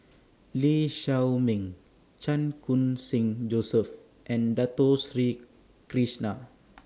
Lee Shao Meng Chan Khun Sing Joseph and Dato Sri Krishna